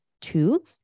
two